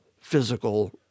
physical